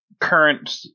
current